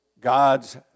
God's